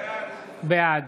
בעד